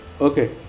Okay